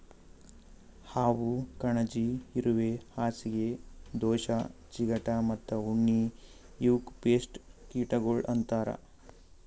ಹಾವು, ಕಣಜಿ, ಇರುವೆ, ಹಾಸಿಗೆ ದೋಷ, ಚಿಗಟ ಮತ್ತ ಉಣ್ಣಿ ಇವುಕ್ ಪೇಸ್ಟ್ ಕೀಟಗೊಳ್ ಅಂತರ್